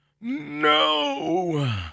no